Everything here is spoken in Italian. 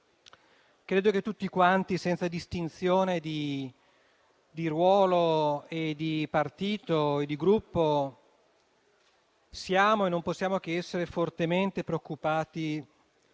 Credo che tutti quanti, senza distinzione di ruolo, di partito e di Gruppo, siamo e non possiamo che essere fortemente preoccupati